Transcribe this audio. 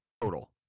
total